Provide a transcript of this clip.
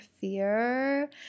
fear